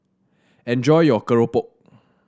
enjoy your keropok